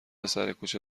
سرکوچه